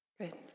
Good